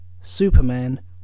Superman